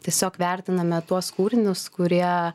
tiesiog vertiname tuos kūrinius kurie